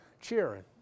Cheering